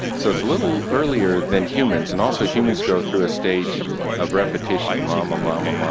so it's a little earlier than humans, and also humans go through a stage of repetition, mumma, mumma, mumma'